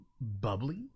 bubbly